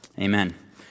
Amen